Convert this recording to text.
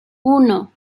uno